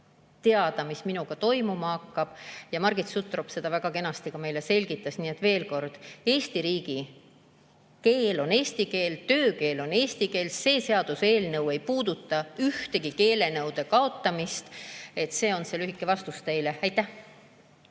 teada, mis minuga toimuma hakkab. Ja Margit Sutrop seda väga kenasti ka meile selgitas. Nii et veel kord: Eesti riigikeel on eesti keel, töökeel on eesti keel ja see seaduseelnõu ei puuduta ühtegi keelenõude kaotamist. See on lühike vastus teile. Suur